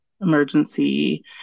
emergency